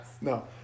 no